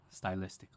stylistically